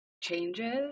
changes